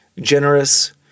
generous